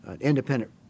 independent